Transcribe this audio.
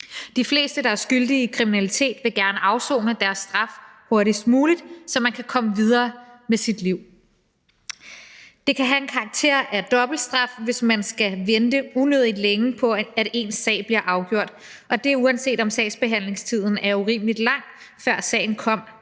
De fleste, der er skyldige i kriminalitet, vil gerne afsone deres straf hurtigst muligt, så man kan komme videre med sit liv. Det kan have en karakter af dobbeltstraf, hvis man skal vente unødigt længe på, at ens sag bliver afgjort, og det er, uanset om sagsbehandlingstiden er urimelig lang, før sagen kom,